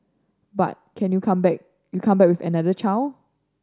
but can you come back you come back another child